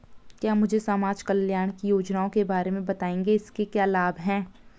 क्या मुझे समाज कल्याण की योजनाओं के बारे में बताएँगे इसके क्या लाभ हैं?